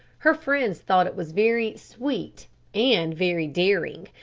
her friends thought it was very sweet and very daring,